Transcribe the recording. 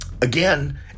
again